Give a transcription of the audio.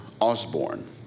Osborne